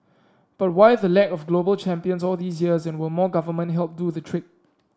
but why the lack of global champions all these years and will more government help do the trick